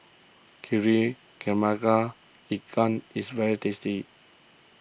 Kari Kepala Ikan is very tasty